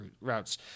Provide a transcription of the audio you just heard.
routes